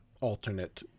alternate